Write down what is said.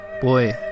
boy